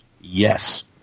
Yes